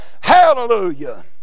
Hallelujah